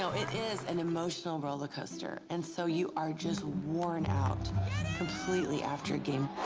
know, it is an emotional rollercoaster, and so you are just worn out completely after a game.